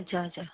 अच्छा अच्छा